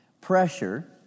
pressure